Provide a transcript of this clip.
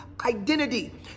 identity